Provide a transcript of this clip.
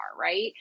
right